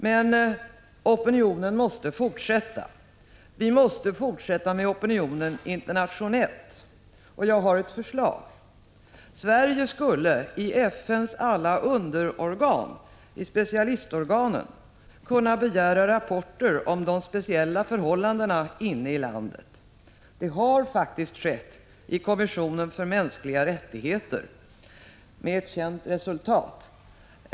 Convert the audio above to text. Men opinionsarbetet måste fortsätta. Vi måste fortsätta att skapa opinion internationellt, och jag har ett förslag. Sverige skulle i FN:s alla underorgan — i specialorganen — kunna begära in rapporter om de speciella förhållandena inne i landet. Så har faktiskt skett när det gäller kommissionen för mänskliga rättigheter — med känt resultat.